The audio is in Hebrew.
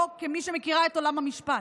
כמי שמכירה את עולם המשפט,